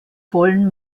vollen